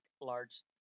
large